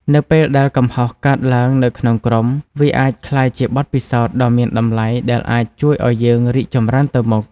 នៅពេលដែលកំហុសកើតឡើងនៅក្នុងក្រុម វាអាចក្លាយជាបទពិសោធន៍ដ៏មានតម្លៃដែលអាចជួយឲ្យយើងរីកចម្រើនទៅមុខ។